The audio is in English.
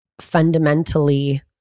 fundamentally